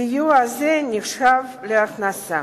סיוע זה נחשב להכנסה.